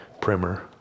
Primer